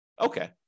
Okay